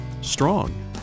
strong